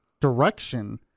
direction